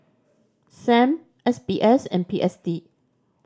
Sam S B S and P S D